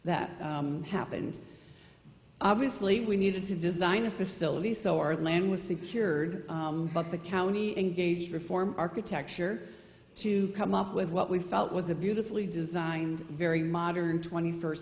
that happened obviously we needed to design a facility so our land was secured but the county engaged reform architecture to come up with what we felt was a beautifully designed very modern twenty first